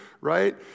right